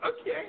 Okay